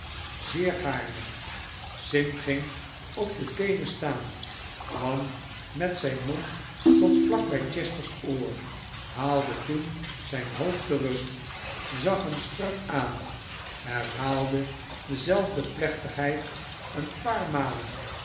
zeer gaarne sim ging op de teenen staan kwam met zijn mond tot vlak bij chester's oor haalde toen zijn hoofd terug zag hem strak aan herhaalde dezelfde plechtigheid een paar malen